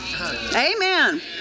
Amen